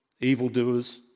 evildoers